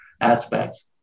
aspects